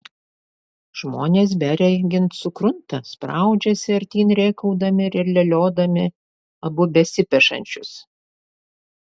žmonės beregint sukrunta spraudžiasi artyn rėkaudami ir leliodami abu besipešančius